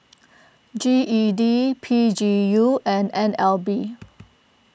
G E D P G U and N L B